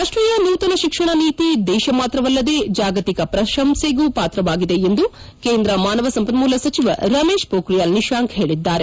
ರಾಷ್ಷೀಯ ನೂತನ ಶಿಕ್ಷಣ ನೀತಿ ದೇಶ ಮಾತ್ರವಲ್ಲದೆ ಜಾಗತಿಕ ಪ್ರಶಂಸೆಗೂ ಪಾತ್ರವಾಗಿದೆ ಎಂದು ಕೇಂದ್ರ ಮಾನವ ಸಂಪನ್ನೂಲ ಸಚಿವ ರಮೇಶ್ ಪೋಖ್ರಿಯಾಲ್ ನಿಶಾಂಕ್ ಹೇಳಿದ್ದಾರೆ